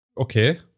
okay